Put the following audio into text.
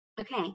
Okay